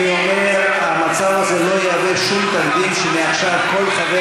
אני אומר: המצב הזה לא יהווה שום תקדים שמעכשיו כל חבר